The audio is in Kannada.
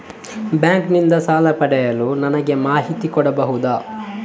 ಬ್ಯಾಂಕ್ ನಿಂದ ಸಾಲ ಪಡೆಯಲು ನನಗೆ ಮಾಹಿತಿ ಕೊಡಬಹುದ?